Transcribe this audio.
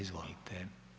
Izvolite.